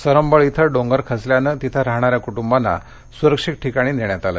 सरंबळ इथं डोंगर खचल्यानं तिथं राहणाऱ्या कुटुंबांना सुरक्षित ठिकाणी नेण्यात आलं